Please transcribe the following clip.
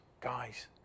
guys